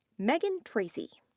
meaghan tracy.